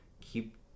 keep